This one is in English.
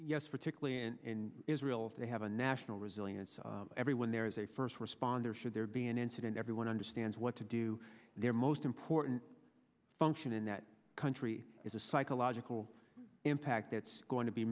yes particularly in israel they have a national resilience everyone there is a first responder should there be an incident everyone understands what to do their most important function in that country is a psychological impact that's going to be